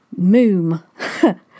moom